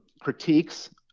critiques